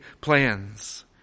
plans